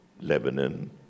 Lebanon